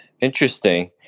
interesting